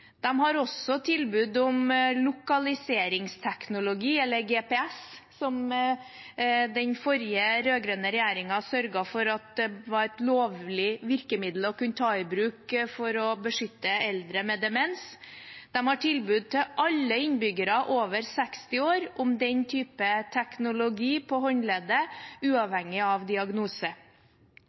har også tilbud om lokaliseringsteknologi, eller GPS, som den forrige rød-grønne regjeringen sørget for var et lovlig virkemiddel å kunne ta i bruk for å beskytte eldre med demens. De har tilbud til alle innbyggere over 60 år om den type teknologi på håndleddet, uavhengig av diagnose.